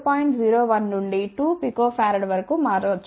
0 1 నుండి 2 pF వరకు మారవచ్చు